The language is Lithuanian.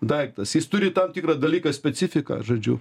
daiktas jis turi tam tikrą dalyką specifiką žodžiu